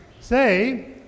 Say